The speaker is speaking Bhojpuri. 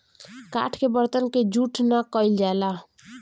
काठ के बरतन के जूठ ना कइल जाला